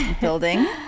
building